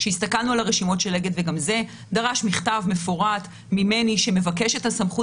גם זה דרש מכתב מפורט ממני שמבקש את הסמכות